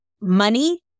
money